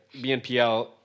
BNPL